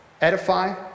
edify